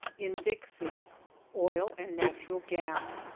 in dixie oil and natural gas,